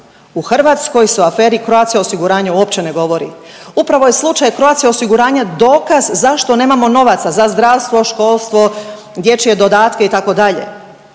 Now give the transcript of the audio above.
u Hrvatskoj se o aferi Croatia osiguranje uopće ne govori. Upravo je slučaj Croatia osiguranja dokaz zašto nemamo novaca za zdravstvo, školstvo, dječje dodatke itd.,